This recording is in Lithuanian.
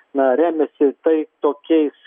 na remiasi į tai tokiais